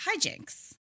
hijinks